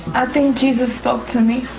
i think jesus spoke to me.